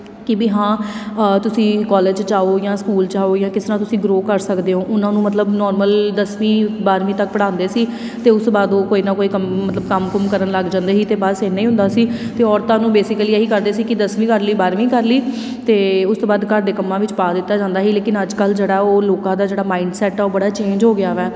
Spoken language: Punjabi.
ਕੀ ਵੀ ਹਾਂ ਤੁਸੀਂ ਕਾਲਜ ਜਾਓ ਜਾਂ ਸਕੂਲ ਜਾਓ ਜਾਂ ਕਿਸੇ ਨਾਲ ਤੁਸੀਂ ਗਰੋ ਕਰ ਸਕਦੇ ਹੋ ਉਹਨਾਂ ਨੂੰ ਮਤਲਬ ਨੋਰਮਲ ਦਸਵੀਂ ਬਾਰਵੀਂ ਤੱਕ ਪੜ੍ਹਾਉਂਦੇ ਸੀ ਅਤੇ ਉਸ ਤੋਂ ਬਾਅਦ ਉਹ ਕੋਈ ਨਾ ਕੋਈ ਕੰਮ ਮਤਲਬ ਕੰਮ ਕੁੰਮ ਕਰਨ ਲੱਗ ਜਾਂਦੇ ਸੀ ਅਤੇ ਬਸ ਇੰਨਾ ਹੀ ਹੁੰਦਾ ਸੀ ਅਤੇ ਔਰਤਾਂ ਨੂੰ ਬੇਸਿਕਲੀ ਇਹੀ ਕਰਦੇ ਸੀ ਕਿ ਦਸਵੀਂ ਕਰ ਲਈ ਬਾਰਵੀਂ ਕਰ ਲਈ ਅਤੇ ਉਸ ਤੋਂ ਬਾਅਦ ਘਰ ਦੇ ਕੰਮਾਂ ਵਿੱਚ ਪਾ ਦਿੱਤਾ ਜਾਂਦਾ ਸੀ ਲੇਕਿਨ ਅੱਜ ਕੱਲ੍ਹ ਜਿਹੜਾ ਉਹ ਲੋਕਾਂ ਦਾ ਜਿਹੜਾ ਮਾਇੰਡ ਸੈਟ ਆ ਉਹ ਬੜਾ ਚੇਂਜ ਹੋ ਗਿਆ ਵਾ